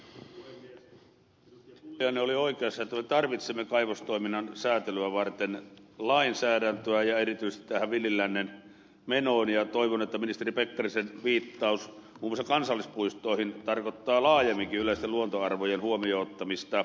pulliainen oli oikeassa että me tarvitsemme kaivostoiminnan säätelyä varten lainsäädäntöä ja erityisesti tähän villin lännen menoon ja toivon että ministeri pekkarisen viittaus muun muassa kansallispuistoihin tarkoittaa laajemminkin yleisten luontoarvojen huomioon ottamista